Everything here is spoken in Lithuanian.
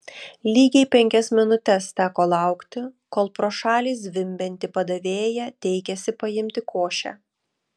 lygiai penkias minutes teko laukti kol pro šalį zvimbianti padavėja teikėsi paimti košę